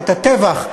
הטבח,